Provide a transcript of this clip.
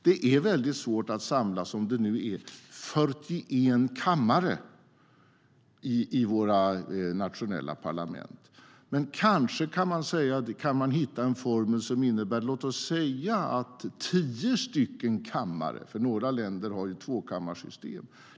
Det är väldigt svårt att som det nu är samla 41 kammare i våra nationella parlament. Men kanske man kan hitta en formel för låt oss säga tio kammare, för några länder har ju tvåkammarsystem.